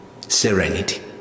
serenity